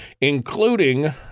including